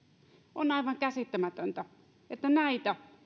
on aivan käsittämätöntä että näitä